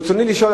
ברצוני לשאול,